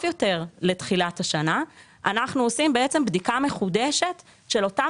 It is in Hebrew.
יותר לתחילת השנה אנחנו עושים בדיקה מחודשת של אותן